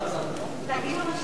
היא לא יכולה,